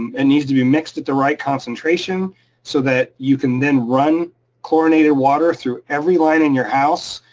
and needs to be mixed at the right concentration so that you can then run chlorinated water through every line in your house,